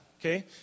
Okay